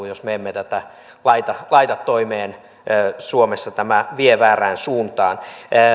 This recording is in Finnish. jos me emme tätä laita laita toimeen suomessa tämä vie väärään suuntaan